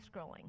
scrolling